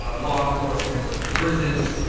ah law enforcement, the prisons,